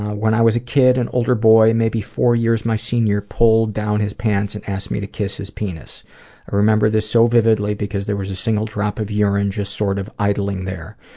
when i was a kid, an older boy maybe four years my senior pulled down his pants and asked me to kiss his penis. i remember this so vividly because there was a single drop of urine just sort of idling there.